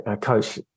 Coach